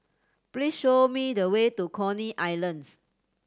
please show me the way to Coney Island